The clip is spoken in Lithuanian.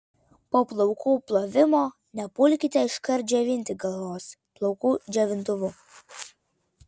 po plaukų plovimo nepulkite iškart džiovinti galvos plaukų džiovintuvu